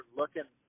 looking